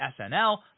SNL